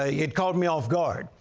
ah it caught me off guard.